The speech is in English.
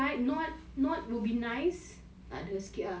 okay can anyone call azmi please terus senyap